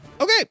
Okay